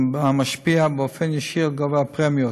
המשפיע באופן ישיר על גובה הפרמיות.